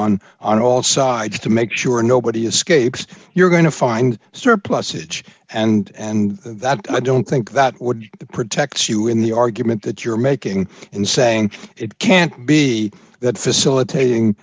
on on all sides to make sure nobody escapes you're going to find surplusage and and that i don't think that the protects you in the argument that you're making in saying it can't be that facilitating